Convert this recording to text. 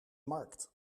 markt